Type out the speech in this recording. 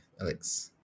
Alex